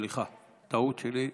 סליחה, טעות שלי,